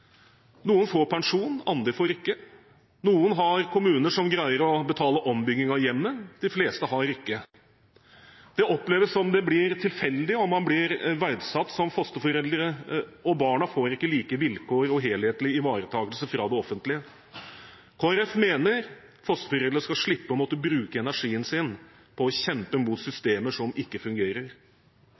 Noen får pensjon, andre får ikke. Noen har kommuner som greier å betale ombygging av hjemmet, de fleste har det ikke. Det oppleves som tilfeldig om man blir verdsatt som fosterforeldre, og barna får ikke like vilkår og helhetlig ivaretakelse fra det offentlige. Kristelig Folkeparti mener at fosterforeldre skal slippe å måtte bruke energien sin på å kjempe mot systemer som ikke fungerer.